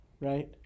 Right